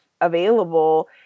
available